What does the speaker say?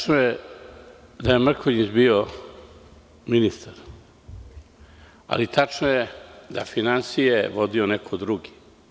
Tačno je da je Mrkonjić bio ministar, ali tačno je i da je finansije vodio neko drugi.